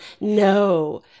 No